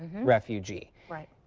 refugee right.